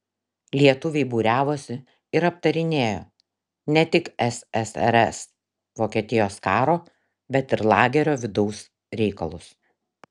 lietuviai būriavosi ir aptarinėjo ne tik ssrs vokietijos karo bet ir lagerio vidaus reikalus